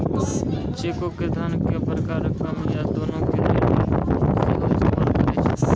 चेको के धन के बड़का रकम या दानो के लेली सेहो इस्तेमाल करै छै